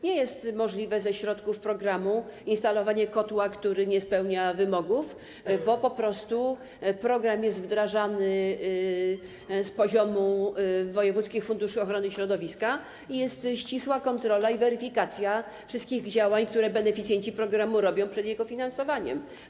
Nie jest możliwe za środki z programu instalowanie kotła, który nie spełnia wymogów, bo po prostu program jest wdrażamy z poziomu wojewódzkich funduszy ochrony środowiska i jest ścisła kontrola, weryfikacja wszystkich działań, które beneficjenci programu podejmują, przed finansowaniem.